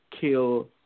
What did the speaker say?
kill